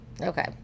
Okay